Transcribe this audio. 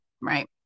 right